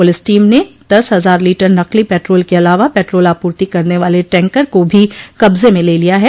police team ने दस हजार लीटर नकली पेट्रोल के अलावा पेट्रोल आपूर्ति करने वाले टैंकर को भी कब्ज में ले लिया है